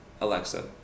Alexa